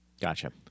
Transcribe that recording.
Gotcha